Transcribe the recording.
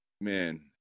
man